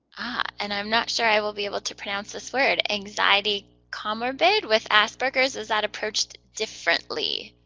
and i'm not sure i will be able to pronounce this word. anxiety co-morbid with asperger's, is that approached differently?